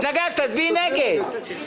את מתנגדת, תצביעי נגד.